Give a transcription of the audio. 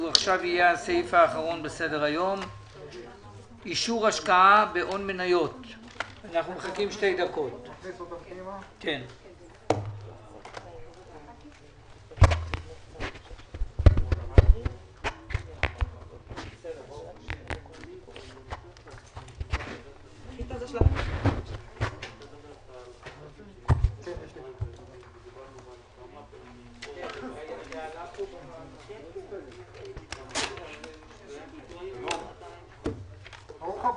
הישיבה ננעלה בשעה 12:45.